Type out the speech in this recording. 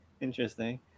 Interesting